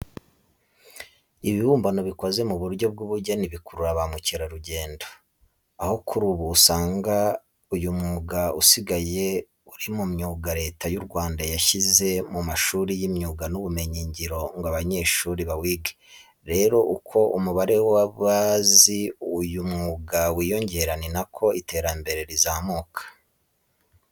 Ibibumbano bikoze mu buryo bw'ubugeni bikurura ba mukerarugendo. Aho kuri ubu, usanga uyu mwuga usigaye uri mu myuga Leta y'u Rwanda yashyize mu mashuri y'imyuga n'ubumenyingiro ngo abanyeshuri bawige. Rero uko umubare w'abazi uyu mwuga wiyongera ni na ko iterambere rizamuka.